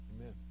Amen